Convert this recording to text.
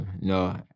No